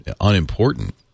unimportant